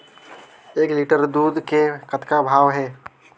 एक लिटर दूध के कतका भाव हे?